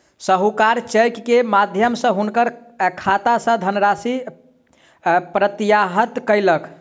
साहूकार चेक के माध्यम सॅ हुनकर खाता सॅ धनराशि प्रत्याहृत कयलक